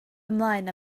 ymlaen